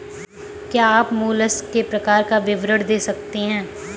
क्या आप मोलस्क के प्रकार का विवरण दे सकते हैं?